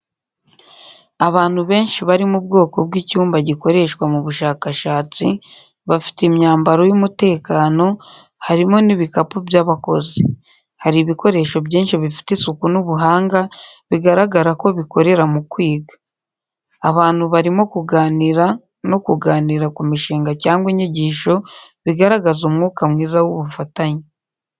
Abantu benshi bari mu bwoko bw'icyumba gikoreshwa mu bushakashatsi, bafite imyambaro y'umutekano, harimo n'ibikapu by'abakozi. Hari ibikoresho byinshi bifite isuku n'ubuhanga, bigaragara ko bikorera mu kwiga. Abantu barimo kuganira no kuganira ku mishinga cyangwa inyigisho, bigaragaza umwuka mwiza w'ubufatanye.